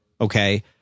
Okay